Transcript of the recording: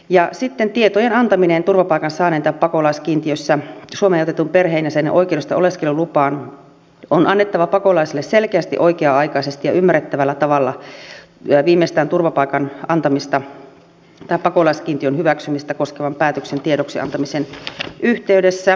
ja sitten tietojen antaminen turvapaikan saaneen tai pakolaiskiintiössä suomeen otetun perheenjäsenen oikeudesta oleskelulupaan on annettava pakolaiselle selkeästi oikea aikaisesti ja ymmärrettävällä tavalla viimeistään turvapaikan antamista tai pakolaiskiintiön hyväksymistä koskevan päätöksen tiedoksiantamisen yhteydessä